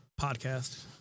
podcast